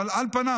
אבל על פניו,